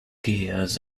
gears